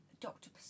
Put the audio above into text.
doctor